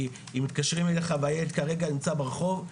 מתקשרים אליך "כרגע הילד נמצא ברחוב".